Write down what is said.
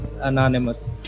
anonymous